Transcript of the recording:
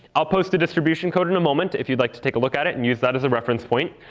i'll post a distribution code in a moment, if you'd like to take a look at it and use that as a reference point.